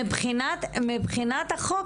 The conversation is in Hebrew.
מבחינת החוק,